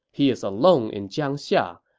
he is alone in jiangxia,